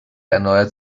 erneuert